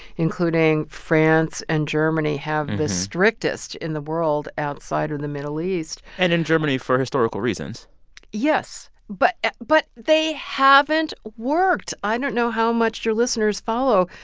including france and germany have the strictest in the world outside and the middle east. and in germany for historical reasons yes, but but they haven't worked. i don't know how much your listeners follow.